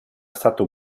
stato